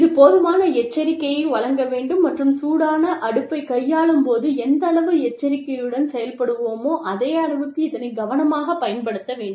இது போதுமான எச்சரிக்கையை வழங்க வேண்டும் மற்றும் சூடான அடுப்பை கையாளும் போது எந்த அளவு எச்சரிக்கையுடன் செயல்படுவோமோ அதே அளவுக்கு இதனைக் கவனமாகப் பயன்படுத்த வேண்டும்